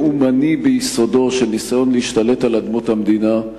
לאומני ביסודו, של ניסיון להשתלט על אדמות המדינה.